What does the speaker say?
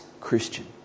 Christian